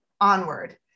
Onward